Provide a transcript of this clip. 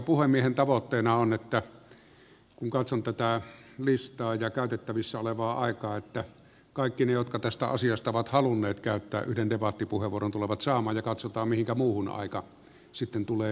puhemiehen tavoitteena on kun katson tätä listaa ja käytettävissä olevaa aikaa että kaikki ne jotka tästä asiasta ovat halunneet käyttää yhden debattipuheenvuoron tulevat sen saamaan ja katsotaan mihinkä muuhun aika sitten tulee riittämään